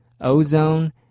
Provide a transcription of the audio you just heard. ozone